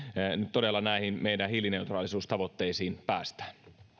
todella näihin meidän hiilineutraalisuustavoitteisiin päästään